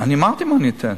אני אמרתי מה אני אתן.